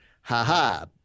Ha-ha